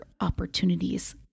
opportunities